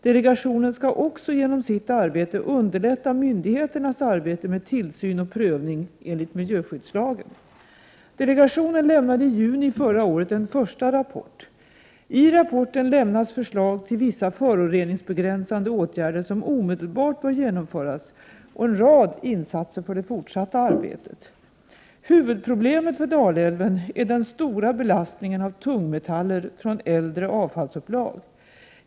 Delegationen skall också genom sitt arbete underlätta myndigheternas arbete med tillsyn och prövning enligt miljöskyddslagen. Delegationen lämnade i juni förra året en första rapport. I rapporten lämnas förslag till vissa föroreningsbegränsande åtgärder som omedelbart bör genomföras och en rad insatser för det fortsatta arbetet. Huvudproblemet för Dalälven är den stora belastningen av tungmetaller från äldre avfallsupplag.